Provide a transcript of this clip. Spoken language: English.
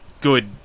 good